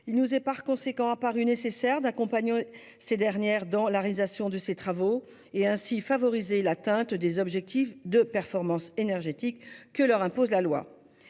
il nous est par conséquent apparu nécessaire d'accompagner ces dernières dans la réalisation de ces travaux, favorisant ainsi l'atteinte des objectifs de performance énergétique que leur impose la loi.